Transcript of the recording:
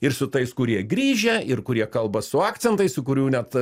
ir su tais kurie grįžę ir kurie kalba su akcentais ir kurių net